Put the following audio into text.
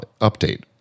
Update